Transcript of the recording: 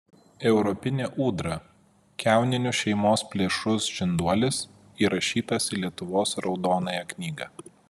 europinė ūdra kiauninių šeimos plėšrus žinduolis įrašytas į lietuvos raudonąją knygą